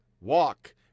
walk